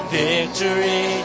victory